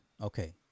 Okay